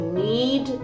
need